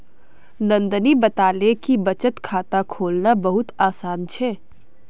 नंदनी बताले कि बचत खाता खोलना बहुत आसान छे